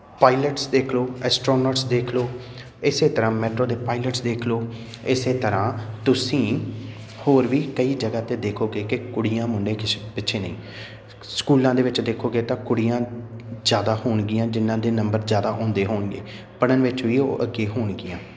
pilots ਦੇਖ ਲਓ astronauts ਦੇਖ ਲਓ ਇਸੇ ਤਰ੍ਹਾਂ ਮੈਟਰੋ ਦੇ ਪਾਇਲਟਸ ਦੇਖ ਲਓ ਇਸੇ ਤਰ੍ਹਾਂ ਤੁਸੀਂ ਹੋਰ ਵੀ ਕਈ ਜਗ੍ਹਾ 'ਤੇ ਦੇਖੋਗੇ ਕਿ ਕੁੜੀਆਂ ਮੁੰਡੇ ਕਿਸੇ ਪਿੱਛੇ ਨਹੀਂ ਸਕੂਲਾਂ ਦੇ ਵਿੱਚ ਦੇਖੋਗੇ ਤਾਂ ਕੁੜੀਆਂ ਜ਼ਿਆਦਾ ਹੋਣਗੀਆਂ ਜਿਹਨਾਂ ਦੇ ਨੰਬਰ ਜ਼ਿਆਦਾ ਹੁੰਦੇ ਹੋਣਗੇ ਪੜ੍ਹਨ ਵਿੱਚ ਵੀ ਉਹ ਅੱਗੇ ਹੋਣਗੀਆਂ